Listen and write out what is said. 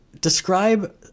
describe